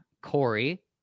Corey